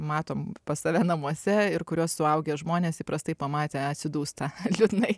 matom pas save namuose ir kuriuos suaugę žmonės įprastai pamatę atsidūsta liūdnai